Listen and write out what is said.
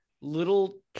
little